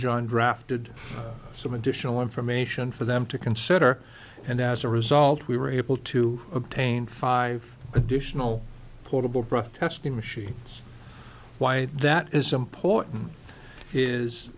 john drafted some additional information for them to consider and as a result we were able to obtain five additional portable breath testing machines why that is important is